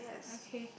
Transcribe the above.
okay